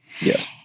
Yes